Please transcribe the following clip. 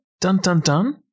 dun-dun-dun